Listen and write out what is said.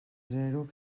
zero